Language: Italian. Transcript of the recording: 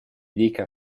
dica